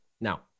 now